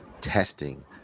Testing